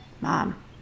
mom